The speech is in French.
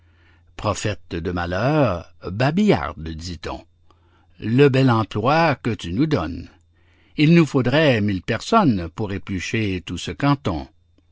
prophète de malheur babillarde dit-on le bel emploi que tu nous donnes il nous faudrait mille personnes pour éplucher tout ce canton